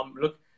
look